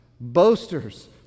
boasters